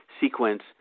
sequence